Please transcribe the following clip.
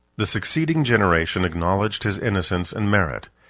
the succeeding generation acknowledged his innocence and merit.